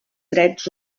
drets